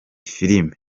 filime